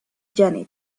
janet